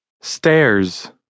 Stairs